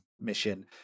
mission